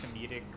comedic